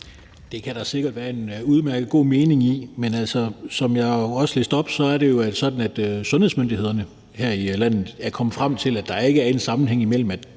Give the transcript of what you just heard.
Det kan der sikkert være en udmærket god mening i, men som jeg også sagde i min tale, er det jo sådan, at sundhedsmyndighederne her i landet er kommet frem til, at cannabismisbrug ikke